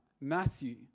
Matthew